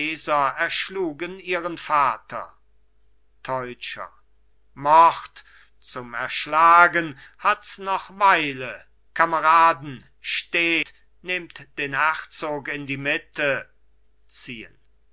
erschlugen ihren vater teutscher mord zum erschlagen hats noch weile kameraden steht nehmt den herzog in die mitte ziehen